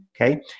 okay